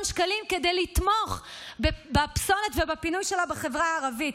שקלים כדי לתמוך בפסולת ובפינוי שלה בחברה הערבית.